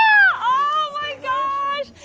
oh, my gosh!